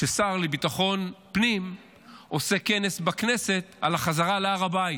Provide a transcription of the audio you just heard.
ששר לביטחון פנים עושה כנס בכנסת על החזרה להר הבית,